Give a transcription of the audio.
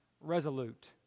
resolute